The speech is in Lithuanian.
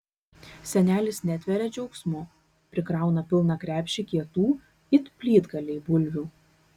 senelis netveria džiaugsmu prikrauna pilną krepšį kietų it plytgaliai bulvių